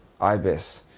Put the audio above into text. Ibis